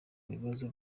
bibazo